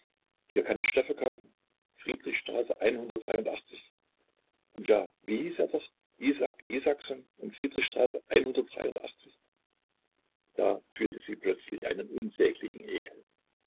hier kann ich stoffe kaufen friedrichstraße und ja wie hieß er doch isak isaksohn und friedrichstraße da fühlte sie plötzlich einen unsäglichen ekel